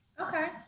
Okay